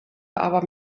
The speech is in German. aber